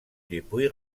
depuis